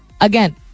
Again